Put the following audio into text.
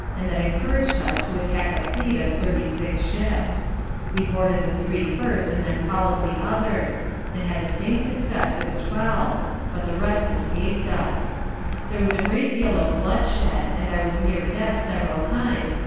and that encourag'd us to attack a fleet of thirty six ships we boarded the three first and then follow'd the others and had the same success with twelve but the rest escap'd us there was a great deal of blood shed, and i was near death several times,